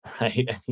Right